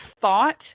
thought